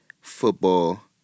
football